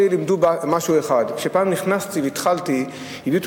אותי לימדו משהו אחד: כשפעם נכנסתי והתחלתי הביאו